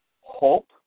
hope